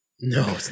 No